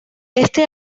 este